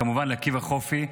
וכמובן לעקיבא חופי,